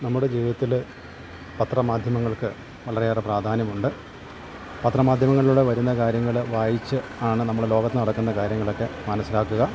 നമ്മുടെ ജീവിതത്തില് പത്രമാധ്യമങ്ങൾക്ക് വളരെയേറെ പ്രാധാന്യമുണ്ട് പത്രമാധ്യമങ്ങളിലൂടെ വരുന്ന കാര്യങ്ങള് വായിച്ച് ആണ് നമ്മുടെ ലോകത്ത് നടക്കുന്ന കാര്യങ്ങളൊക്കെ മാനസ്സിലാക്കുക